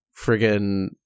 friggin